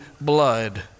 blood